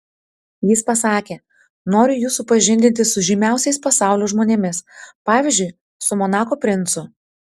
jis pasakė noriu jus supažindinti su žymiausiais pasaulio žmonėmis pavyzdžiui su monako princu